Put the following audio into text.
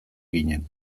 ginen